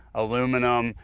aluminum,